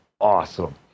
awesome